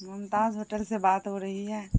ممتاز hotel سے بات ہو رہی ہے